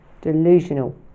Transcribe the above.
delusional